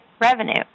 revenue